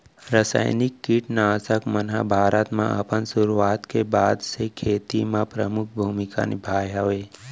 रासायनिक किट नाशक मन हा भारत मा अपन सुरुवात के बाद से खेती मा परमुख भूमिका निभाए हवे